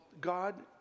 God